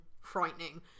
frightening